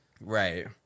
right